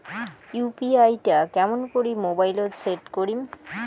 UPI টা কেমন করি মোবাইলত সেট করিম?